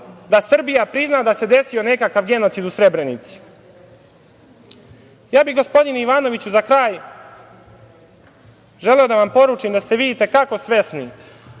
da Srbija prizna da se desio nekakav genocid u Srebrenici? Ja bih, gospodine Ivanoviću, za kraj želeo da vam poručim da ste vi i te kako svesni